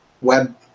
web